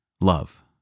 love